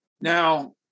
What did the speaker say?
Now